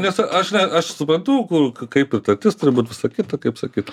nes aš ne aš suprantu kur kaip ir tartis turi būt visa kita kaip sakyt